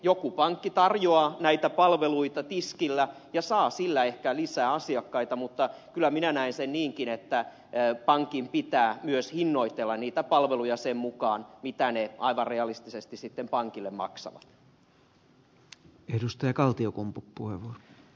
joku pankki tarjoaa näitä palveluita tiskillä ja saa sillä ehkä lisää asiakkaita mutta kyllä minä näen sen niinkin että pankin pitää myös hinnoitella niitä palveluja sen mukaan mitä ne aivan realistisesti sitten pankille maksavat